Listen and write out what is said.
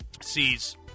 sees